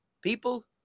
People